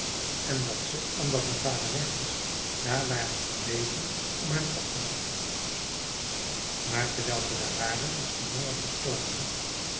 en dat ze omdat hun vader weg was daar waren gebleven om hem op te wachten maar terwijl ze daar waren was de jongen gestorven